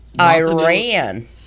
Iran